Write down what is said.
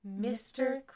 Mr